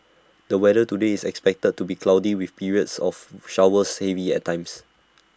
the weather today is expected to be cloudy with periods of showers heavy at times